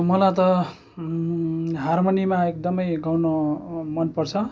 मलाई त हारमनीमा एकदमै गाउनु मनपर्छ